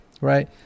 Right